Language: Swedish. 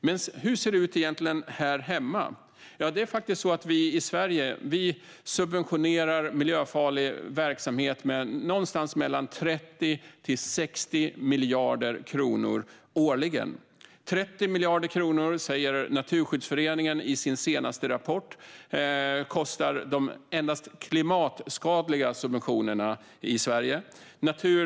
Men hur ser det egentligen ut här hemma? Jo, det är faktiskt så att vi i Sverige subventionerar miljöfarlig verksamhet med mellan 30 och 60 miljarder kronor årligen. Naturskyddsföreningen säger i sin senaste rapport att endast de klimatskadliga subventionerna i Sverige kostar 30 miljarder kronor.